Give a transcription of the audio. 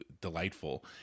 delightful